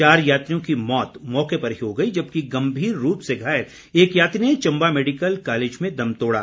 चार यात्रियों की मौत मौके पर ही हो गई जबकि गंभीर रूप से घायल एक यात्री ने चंबा मेडिकल कॉलेज में दम तोड़ा